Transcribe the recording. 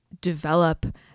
develop